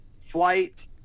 flight